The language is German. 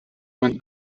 man